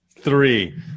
three